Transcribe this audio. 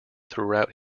throughout